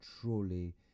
truly